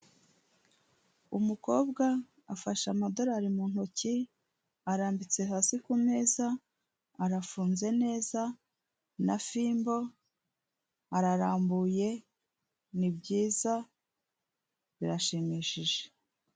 Umukobwa afashe amadorari mu ntoki arambitse hasi ku meza arafunze neza na fimbo ararambuye ni byiza birashimishije.